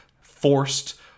forced